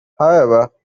however